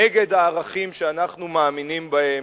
נגד הערכים שאנחנו מאמינים בהם,